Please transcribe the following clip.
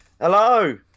Hello